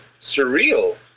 surreal